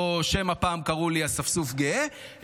או שמא פעם קראו לי אספסוף גאה.